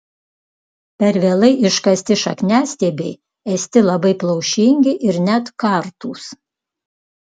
per vėlai iškasti šakniastiebiai esti labai plaušingi ir net kartūs